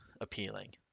appealing